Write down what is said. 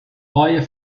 higher